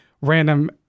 random